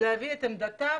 להביע את עמדתם,